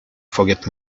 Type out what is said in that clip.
forget